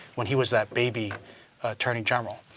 when he was that baby attorney general.